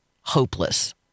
hopeless